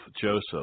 Joseph